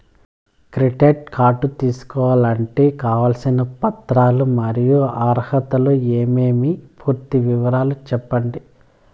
Credit card తీసుకోవాలంటే కావాల్సిన పత్రాలు మరియు అర్హతలు ఏమేమి పూర్తి వివరాలు సెప్పండి?